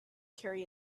carry